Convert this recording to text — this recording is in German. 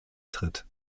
tritt